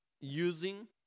using